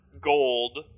gold